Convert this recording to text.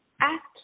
Act